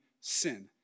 sin